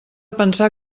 pensar